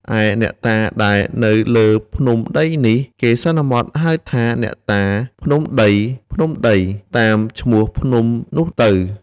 ឯអ្នកតាដែលនៅលើភ្នំដីនេះ គេសន្មតហៅថា “អ្នកតាភ្នំដីៗ” តាមឈ្មោះភ្នំនោះទៅ ។